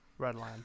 Redline